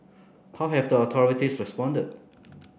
how have the authorities responded